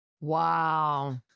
wow